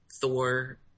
Thor